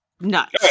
nuts